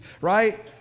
right